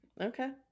Okay